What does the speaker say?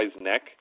neck